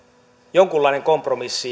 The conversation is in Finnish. jonkunlainen kompromissi